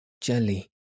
jelly